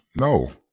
No